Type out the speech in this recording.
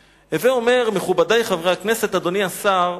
הווי אומר, מכובדי חברי הכנסת, אדוני השר,